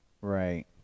Right